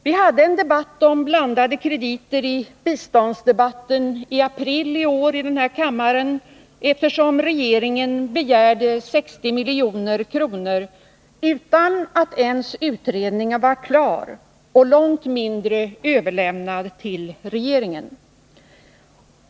Vi hade en diskussion om blandade krediter under biståndsdebatten i april i år i den här kammaren, eftersom regeringen begärde 60 milj.kr. utan att utredningen ens var klar och långt mindre överlämnad till regeringen.